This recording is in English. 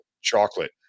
chocolate